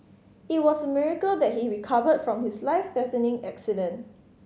it was a miracle that he recovered from his life threatening accident